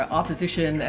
opposition